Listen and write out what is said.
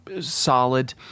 solid